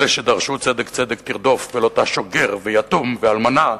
אלה שדרשו: צדק צדק תרדוף ולא תעשוק גר ויתום ואלמנה,